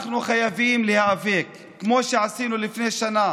אנחנו חייבים להיאבק כמו שעשינו לפני שנה